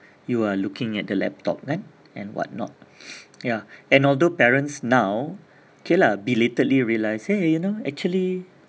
you are looking at the laptop kan and what not ya and although parents now K lah belatedly realised !hey! you know actually